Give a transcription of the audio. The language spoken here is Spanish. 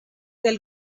del